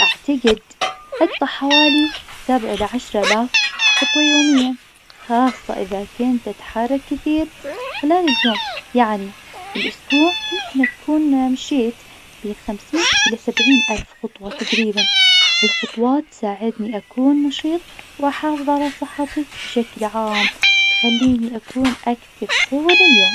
أعتقد أقطع حوالي سبع إلى عشر ألاف خطوة يوميا خاصة إذا كنت أتحرك كثير خلال اليوم يعني بالأسبوع يمكن أكون مشيت من خمسين إلى سبعين ألف خطوة تقريبا. ها الخطوات تساعدني أكون نشيط وأحافظ على صحتي بشكل عام، تخليني أكون أكتف طول اليوم.